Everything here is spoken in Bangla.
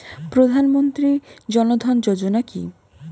প্রধানমন্ত্রী জনধন যোজনা কি?